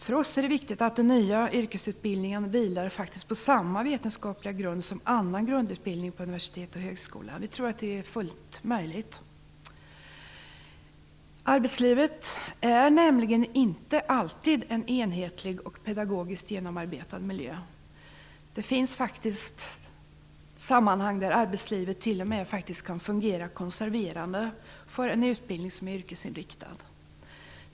För oss är det viktigt att den nya yrkesutbildningen vilar på samma vetenskapliga grund som annan grundutbildning på universitet och högskola. Vi tror att det är fullt möjligt. Arbetslivet är nämligen inte alltid en enhetlig och pedagogiskt genomarbetad miljö. Det finns sammanhang där arbetslivet t.o.m. kan fungera konserverande för en utbildning som är yrkesinriktad.